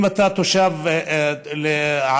אם אתה תושב ערד,